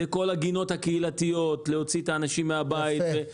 זה כל הגינות הקהילתיות, להוציא אנשים מהבית.